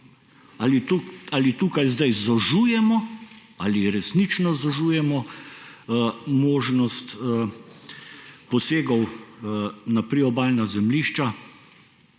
ali tukaj zdaj zožujemo, ali resnično zožujemo možnost posegov na priobalna zemljišča